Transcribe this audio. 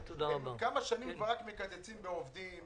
כמה שנים כבר רק מקצצים במספר העובדים,